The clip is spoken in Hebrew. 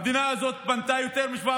המדינה הזאת בנתה יותר מ-700